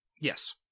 Yes